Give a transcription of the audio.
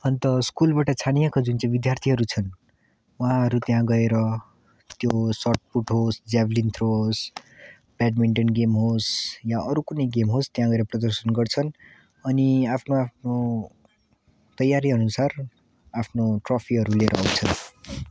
अन्त स्कुलबाट छानिएको जुन चाहिँ विद्यार्थीहरू छन् उहाँहरू त्यहाँ गएर त्यो सर्ट पुट होस् ज्याभ्लिन थ्रो होस् ब्याडमिन्टन गेम होस् या अरू कुनै गेम होस् त्यहाँ गएर प्रदर्शन गर्छन् अनि आफ्नो आफ्नो तयारी अनुसार आफ्नो ट्रफीहरू लिएर आँउछन्